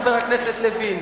חבר הכנסת לוין.